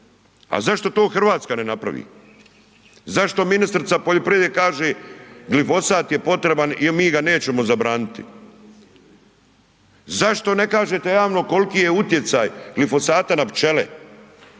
A zašto to Hrvatska ne napravi? Zašto ministrica poljoprivrede kaže glifosat je potreban i mi ga nećemo zabraniti? Zašto ne kažete javno kol'ki je utjecaj glifosata na pčele,